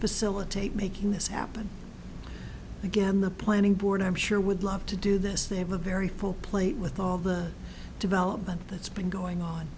facilitate making this happen again the planning board i'm sure would love to do this they have a very full plate with all the development that's been going on